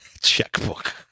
Checkbook